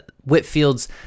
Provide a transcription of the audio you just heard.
Whitfield's